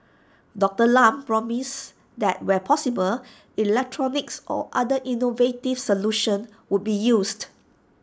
Doctor Lam promised that where possible electronics or other innovative solutions would be used